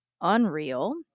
unreal